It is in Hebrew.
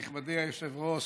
נכבדי היושב-ראש,